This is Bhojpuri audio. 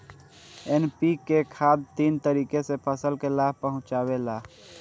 एन.पी.के खाद तीन तरीके से फसल के लाभ पहुंचावेला